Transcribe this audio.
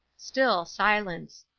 still silence.